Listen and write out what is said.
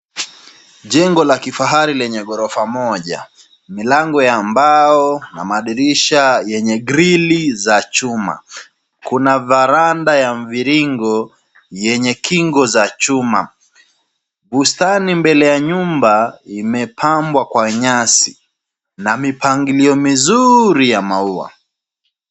Jengo la kifahari lenye gorofa moja, milango ya mbao na madirisha yenye grili ya chuma. Kuna verandah ya mviringo yenye kingo za chuma, bustani mbele ya nyumba imepambwa kwa nyasi na mipangilio mizuri ya maua.